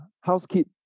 housekeep